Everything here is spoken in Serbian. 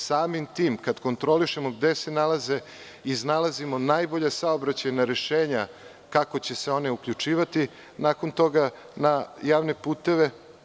Samim tim, kada kontrolišemo gde se nalaze, iznalazimo najbolja saobraćajna rešenja, kako će se oni uključivati nakon toga na javne puteve.